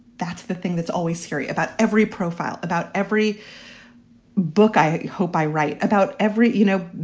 that's the thing that's always scary about every profile, about every book. i hope i write about every you know,